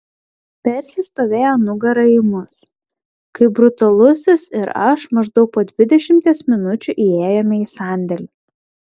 persis stovėjo nugara į mus kai brutalusis ir aš maždaug po dvidešimties minučių įėjome į sandėlį